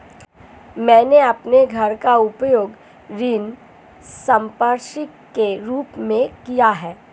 मैंने अपने घर का उपयोग ऋण संपार्श्विक के रूप में किया है